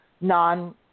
non